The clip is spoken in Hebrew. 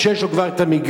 כשיש לו כבר המגרש,